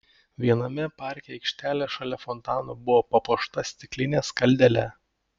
viename parke aikštelė šalia fontano buvo papuošta stikline skaldele